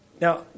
Now